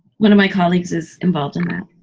one of my colleagues is involved in that.